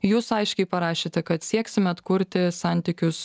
jūs aiškiai parašėte kad sieksime atkurti santykius